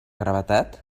gravetat